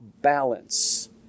balance